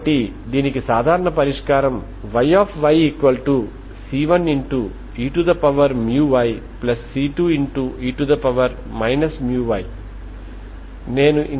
కాబట్టి ఈ అన్ని పరిష్కారాల యొక్క సూపర్ పొజిషన్ ద్వారా uxt లభిస్తుంది మరియు బౌండరీ కండిషన్ ని సంతృప్తిపరిచే హీట్ ఈక్వేషన్ యొక్క పరిష్కారంగా దీనిని ఉండనివ్వండి సరేనా